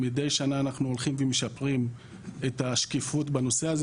מידי שנה אנחנו הולכים ומשפרים את השקיפות בנושא הזה.